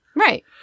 Right